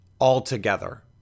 altogether